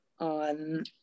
on